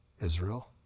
Israel